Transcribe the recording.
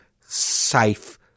safe